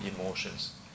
emotions